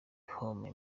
home